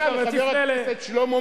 אז תפנה אליהם.